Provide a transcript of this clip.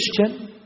Christian